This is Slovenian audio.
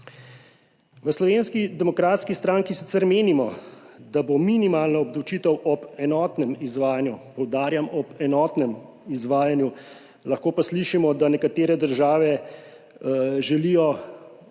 V Slovenski demokratski stranki sicer menimo, da bo minimalna obdavčitev ob enotnem izvajanju, poudarjam, ob enotnem izvajanju, lahko pa slišimo, da nekatere države želijo